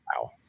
wow